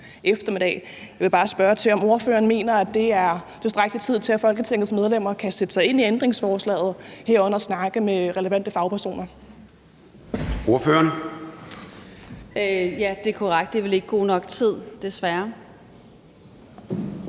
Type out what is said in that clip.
eftermiddags. Jeg vil bare spørge til, om ordføreren mener, at det er tilstrækkelig tid, til at Folketingets medlemmer kan sætte sig ind i ændringsforslaget, herunder snakke med relevante fagpersoner. Kl. 10:10 Formanden (Søren Gade): Fru Theresa